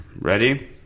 Ready